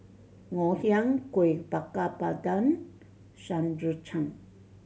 Ngoh Hiang Kuih Bakar Pandan Shan Rui Tang